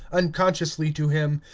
unconsciously to him,